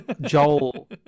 Joel